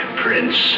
prince